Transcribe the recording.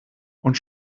und